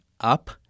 up